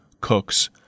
Cook's